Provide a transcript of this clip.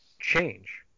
change